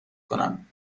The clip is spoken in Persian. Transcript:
کنم